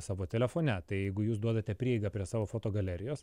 savo telefone tai jeigu jūs duodate prieigą prie savo fotogalerijos